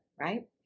right